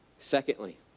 Secondly